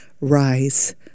Rise